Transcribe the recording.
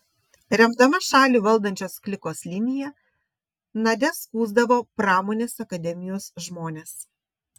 remdama šalį valdančios klikos liniją nadia skųsdavo pramonės akademijos žmones